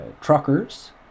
truckers